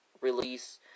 release